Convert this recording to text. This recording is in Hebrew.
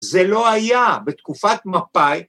‫זה לא היה בתקופת מפאי.